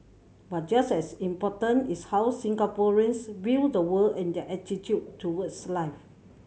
but just as important is how Singaporeans view the world and their attitude towards life